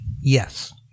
yes